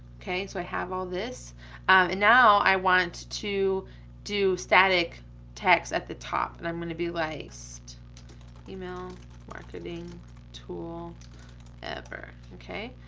okay, so i have all this. and now, i want to do static text at the top, and i'm gonna do like best email marketing tool ever, okay.